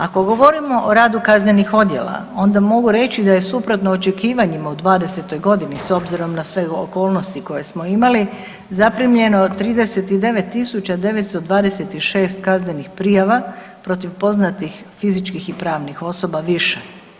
Ako govorimo o radu kaznenih odjela onda mogu reći da je suprotno očekivanjima u '20. godini s obzirom na sve okolnosti koje smo imali zaprimljeno 39.926 kaznenih prijava protiv poznati fizičkih i pravnih osoba više.